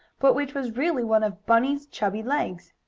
but which was really one of bunny's chubby legs.